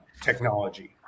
technology